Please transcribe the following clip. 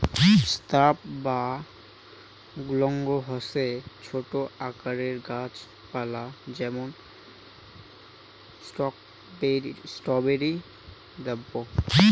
shrub বা গুল্ম হসে ছোট আকারের গাছ পালা যেমন স্ট্রবেরি স্রাব